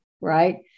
right